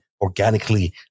organically